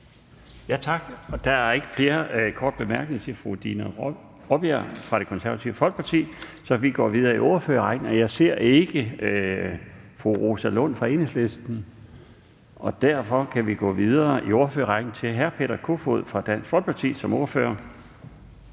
Tak. Der er ikke flere korte bemærkninger til fru Dina Raabjerg fra Det Konservative Folkeparti, så vi går videre i ordførerrækken. Jeg ser ikke, at fru Rosa Lund fra Enhedslisten er til stede i salen, og derfor kan vi gå videre til hr. Peter Kofod fra Dansk Folkeparti som ordfører.